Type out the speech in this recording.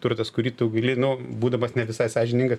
turtas kurį tu gali nu būdamas ne visai sąžiningas